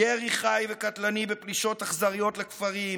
ירי חי וקטלני בפלישות אכזריות לכפרים,